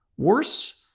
worse,